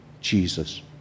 Jesus